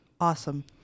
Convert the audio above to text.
Awesome